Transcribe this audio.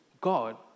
God